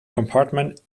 compartment